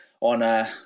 on